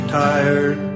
tired